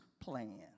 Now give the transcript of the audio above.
plan